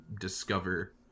discover